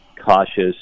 cautious